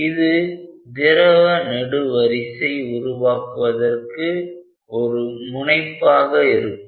இது திரவ நெடுவரிசை உருவாக்குவதற்கு ஒரு முனைப்பாக இருக்கும்